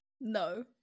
No